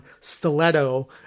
Stiletto